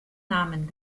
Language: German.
namen